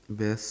there's